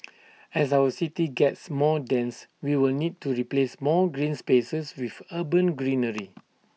as our city gets more dense we will need to replace more green spaces with urban greenery